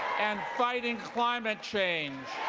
and fighting climate change.